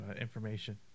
information